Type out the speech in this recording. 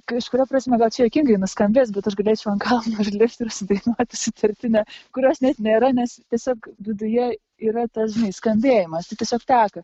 kažkuria prasme gal čia juokingai nuskambės bet aš galėčiau ant kalno užlipti ir sudainuoti sutartinę kurios net nėra nes tiesiog viduje yra tas žinai skambėjimas tai tiesiog teka